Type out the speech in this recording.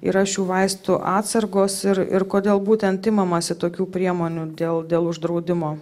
yra šių vaistų atsargos ir ir kodėl būtent imamasi tokių priemonių dėl dėl uždraudimo